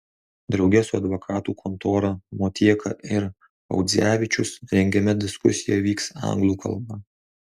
drauge su advokatų kontora motieka ir audzevičius rengiama diskusija vyks anglų kalba